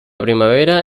primavera